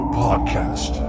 podcast